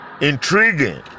intriguing